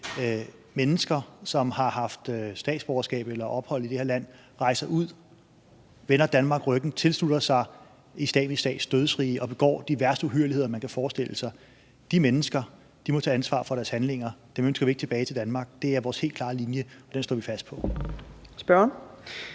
mennesker, som har haft statsborgerskab eller ophold i det her land: Hvis de rejser ud, vender Danmark ryggen, tilslutter sig Islamisk Stats dødsrige og begår de værste uhyrligheder, man kan forestille sig, må de mennesker tage ansvar for deres handlinger, og vi ønsker dem ikke tilbage til Danmark. Det er vores helt klare linje, og den står vi fast på. Kl.